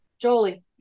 Jolie